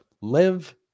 live